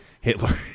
Hitler